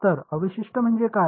तर अवशिष्ट म्हणजे काय